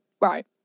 Right